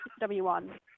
W1